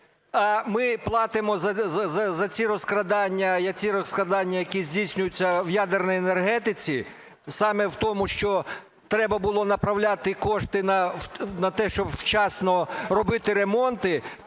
ми платимо за ці розкрадання, які здійснюються в ядерній енергетиці саме в тому, що треба було направляти кошти на те, щоб вчасно робити ремонти,